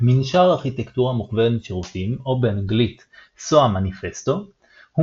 מנשר ארכיטקטורה מוכוונת שירותים או באנגלית SOA Manifesto הוא